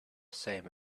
same